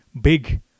big